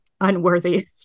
unworthy